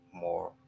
more